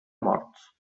morts